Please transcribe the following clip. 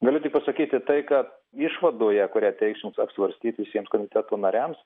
galiu tik pasakyti tai kad išvadoje kurią teiksim apsvarstyti visiems komiteto nariams